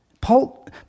Paul